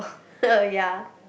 so ya